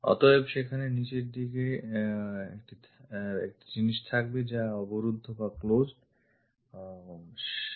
অতএব সেখানে নিচের দিকে একটি থাকবে যা অবরুদ্ধ বা closed